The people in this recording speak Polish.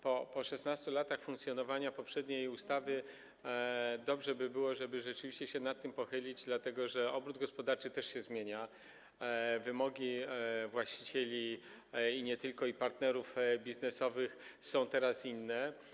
Po 16 latach funkcjonowania poprzedniej ustawy dobrze by było, żeby rzeczywiście się nad tym pochylić, dlatego że obrót gospodarczy też się zmienia, wymogi właścicieli i partnerów biznesowych są teraz inne.